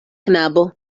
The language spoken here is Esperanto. knabo